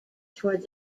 towards